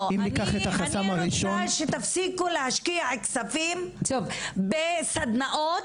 אני רוצה שתפסיקו להשקיע כספים בסדנאות,